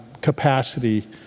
capacity